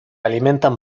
alimentan